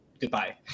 goodbye